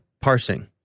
parsing